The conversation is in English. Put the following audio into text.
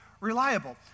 reliable